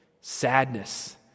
Sadness